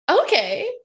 okay